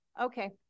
Okay